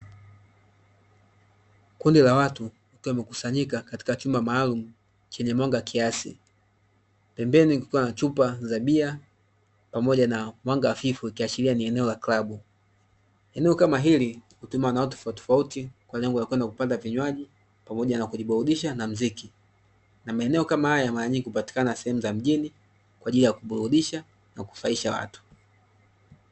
Kundi la watu wakiwa wamekusanyika katika chumba maalumu chenye mwanga kiasi, pembeni kukiwa na chupa za bia pamoja na mwanga hafifu ukiashiria ni eneo la kilabu. Eneo kama hili hutumiwa na watu tofauti tofauti kwa lengo la kupata vinywaji pamoja na kujiburudisha na muziki, na maeneo kama haya maranyingi hupatikana katika sehemu za mjini kwaajili ya kuburudisha na kunufaisha watu.